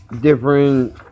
different